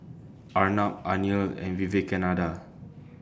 Arnab Anil and Vivekananda